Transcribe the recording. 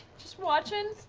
just watching.